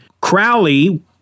Crowley